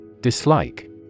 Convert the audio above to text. Dislike